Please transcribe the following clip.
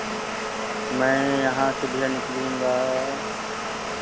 मैं यहाँ से भैया निकलूँगा